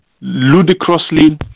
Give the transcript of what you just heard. ludicrously